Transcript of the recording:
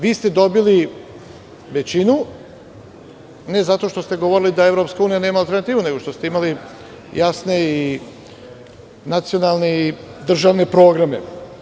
Vi ste dobili većinu, ne zato što ste govorili da EU nema alternativu nego što ste imali jasne i nacionalne, državne programe.